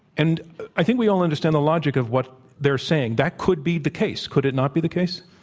and i think we all understand the logic of what they're saying. that could be the case, could it not be the case?